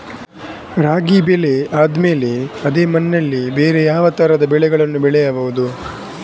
ರಾಗಿ ಬೆಳೆ ಆದ್ಮೇಲೆ ಅದೇ ಮಣ್ಣಲ್ಲಿ ಬೇರೆ ಯಾವ ತರದ ಬೆಳೆಗಳನ್ನು ಬೆಳೆಯಬಹುದು?